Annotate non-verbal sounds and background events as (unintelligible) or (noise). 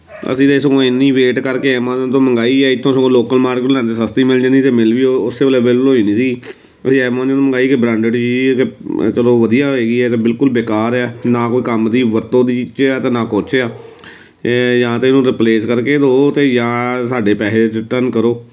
ਅਸੀਂ ਤਾਂ ਸਗੋਂ ਇੰਨੀ ਵੇਟ ਕਰਕੇ ਐਮਾਜੋਨ ਤੋਂ ਮੰਗਵਾਈ ਹੈ ਇੱਥੋਂ ਸਗੋਂ ਲੋਕਲ ਮਾਰਕਿਟ ਤੋਂ ਲੈਂਦੇ ਸਸਤੀ ਮਿਲ ਜਾਂਦੀ ਅਤੇ ਮਿਲ ਵੀ ਉਹ ਉਸੇ ਵੇਲੇ ਅਵੇਲੇਵਲ ਹੋਈ ਜਾਣੀ ਸੀ ਅਸੀਂ ਐਮਾਜੋਨ ਤੋਂ ਮੰਗਵਾਈ ਕੇ ਬਰਾਂਡਰ ਸੀ (unintelligible) ਚਲੋ ਵਧੀਆ ਹੋਵੇਗੀ ਇਹ ਤਾਂ ਬਿਲਕੁਲ ਬੇਕਾਰ ਆ ਨਾ ਕੋਈ ਕੰਮ ਦੀ ਵਰਤੋਂ ਦੀ 'ਚ ਆ ਤੇ ਨਾ ਕੁਝ ਆ ਇਹ ਜਾਂ ਤਾਂ ਇਹਨੂੰ ਰਿਪਲੇਸ ਕਰਕੇ ਦਿਓ ਅਤੇ ਜਾਂ ਸਾਡੇ ਪੈਸੇ ਰਿਟਰਨ ਕਰੋ